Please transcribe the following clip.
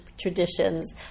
traditions